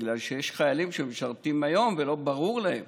בגלל שיש חיילים שמשרתים היום ולא ברור להם